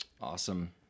awesome